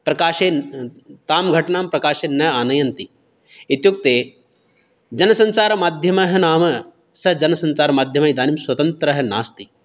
प्रकाशेन तां घटना प्रकाशे न आनयन्ति इत्युक्ते जनसञ्चारमाध्यमः नाम स जनसञ्चारमाध्यमः इदानीं स्वतन्त्रः नास्ति